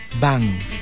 bang